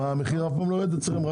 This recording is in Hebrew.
המחיר אף פעם לא יורד אצלכם?